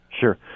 Sure